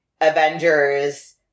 Avengers